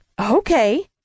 Okay